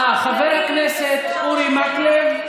אה, חבר הכנסת אורי מקלב,